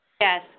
Yes